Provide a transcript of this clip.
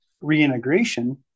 reintegration